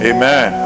Amen